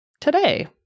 today